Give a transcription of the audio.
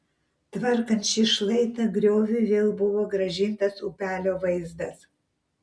tvarkant šį šlaitą grioviui vėl buvo grąžintas upelio vaizdas